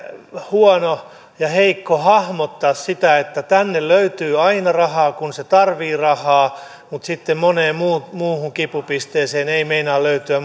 huono ja heikko hahmottaa sitä että tänne löytyy aina rahaa kun se tarvitsee rahaa mutta sitten moneen muuhun muuhun kipupisteeseen ei meinaa löytyä